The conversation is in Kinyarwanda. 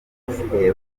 abasigaye